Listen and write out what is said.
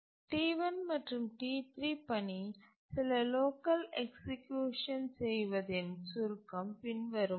T1 மற்றும் T3 பணி சில லோக்கல் எக்சிக்யூஷன் செய்வதின் சுருக்கம் பின்வருமாறு